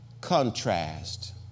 contrast